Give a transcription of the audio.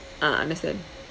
ah understand